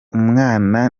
umwana